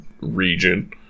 region